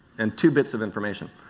and two bits of information,